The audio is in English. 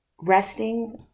resting